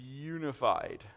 unified